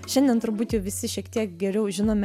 šiandien turbūt jau visi šiek tiek geriau žinome